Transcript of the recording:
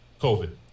COVID